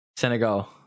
Senegal